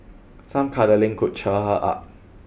some cuddling could cheer her up